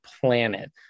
planet